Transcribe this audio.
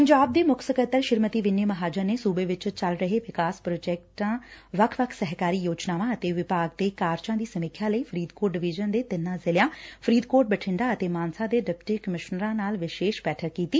ਪੰਜਾਬ ਦੇ ਮੁੱਖ ਸਕੱਤਰ ਸ੍ਰੀਮਤੀ ਵਿਨੀ ਮਹਾਜਨ ਨੇ ਸੂਬੇ ਵਿਚ ਚੱਲ ਰਹੇ ਵਿਕਾਸ ਪ੍ਰੋਜੈਕਟ ਵੱਖ ਵੱਖ ਸਰਕਾਰੀ ਯੋਜਨਾਵਾਂ ਅਤੇ ਵਿਭਾਗਾਂ ਦੇ ਕਾਰਜਾਂ ਦੀ ਸਮੀਖਿਆ ਲਈ ਫਰੀਦਕੋਟ ਡਵੀਜਨ ਦੇ ਤਿੰਨਾਂ ਜ਼ਿਲ਼ਿਆਂ ਫਰੀਦਕੋਟ ਬਠਿੰਡਾ ਅਤੇ ਮਾਨਸਾ ਦੇ ਡਿਪਟੀ ਕਮਿਸ਼ਨਰਾਂ ਨਾਲ ਵਿਸ਼ੇਸ਼ ਬੈਠਕ ਕੀਤੀ